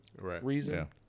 reason